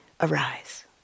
arise